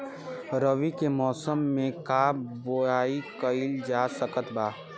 रवि के मौसम में का बोआई कईल जा सकत बा?